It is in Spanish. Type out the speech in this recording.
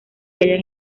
hallan